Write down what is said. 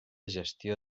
gestió